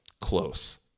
Close